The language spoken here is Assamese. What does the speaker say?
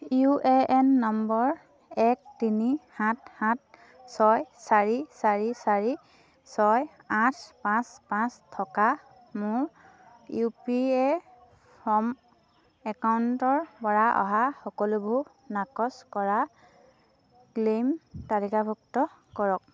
ইউ এ এন নম্বৰ এক তিনি সাত সাত ছয় চাৰি চাৰি চাৰি ছয় আঠ পাঁচ পাঁচ থকা মোৰ ইউ পি এফ অ' একাউণ্টৰপৰা অহা সকলোবোৰ নাকচ কৰা ক্লেইম তালিকাভুক্ত কৰক